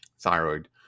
thyroid